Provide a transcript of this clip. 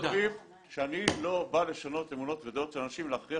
אני לא בא לשנות אמונות ודעות של אנשים להכריח